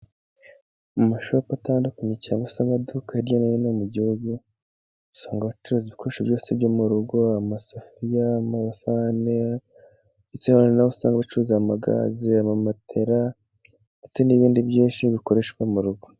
Mu mashopu atandukanye cyangwa se amaduka hirya no hino mu gihugu usanga bacuruza ibikoresho byose byo mu rugo amasafiriya, amasahane ndetse nahusanga bacuruza amagaze, matela ndetse n'ibindi byinshi bikoreshwa mu rugo.